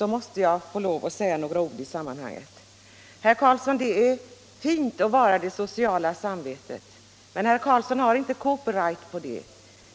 måste jag få säga några ord i detta sammanhang. Herr Carlsson i Vikmanshyttan! Det är fint att vara det sociala samvetet, men herr Carlsson har inte copyright på det.